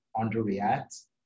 underreact